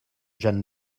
jañ